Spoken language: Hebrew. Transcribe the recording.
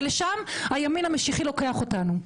ולשם הימין המשיחי לוקח אותנו.